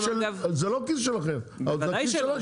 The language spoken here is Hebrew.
בוודאי שלא.